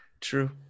True